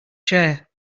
chair